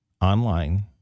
online